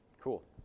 Cool